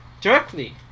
directly